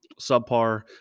subpar